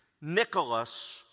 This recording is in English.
Nicholas